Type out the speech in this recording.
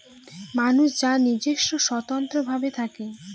মানুষ যার নিজস্ব স্বতন্ত্র ভাব থাকে